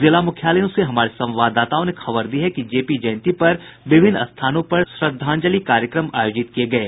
जिला मुख्यालयों से हमारे संवाददाताओं ने खबर दी है कि जेपी जयंती पर विभिन्न स्थानों पर श्रद्धांजलि कार्यक्रम आयोजित किये गये